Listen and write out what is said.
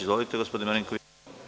Izvolite, gospodine Marinkoviću.